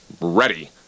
ready